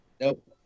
Nope